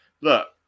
look